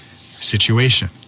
situation